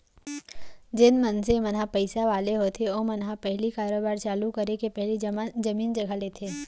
जेन मनसे मन ह पइसा वाले होथे ओमन ह पहिली कारोबार चालू करे के पहिली जमीन जघा लेथे